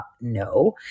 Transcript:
no